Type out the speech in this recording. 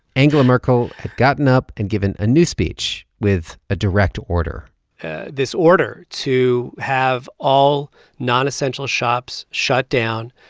angela merkel had gotten up and given a new speech with a direct order this order to have all nonessential shops shut down,